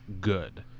good